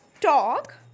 talk